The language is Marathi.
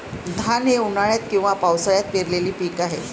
धान हे उन्हाळ्यात किंवा पावसाळ्यात पेरलेले पीक आहे